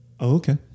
Okay